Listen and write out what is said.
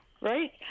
right